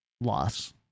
loss